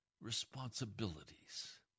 responsibilities